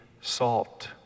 salt